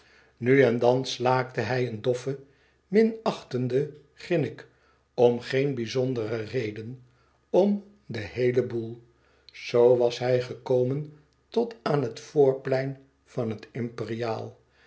nu en dan slaakte hij een doffen minachtenden grinnik om geen bizondere reden om den heelen boel zoo was hij gekomen tot aan het voorplein van het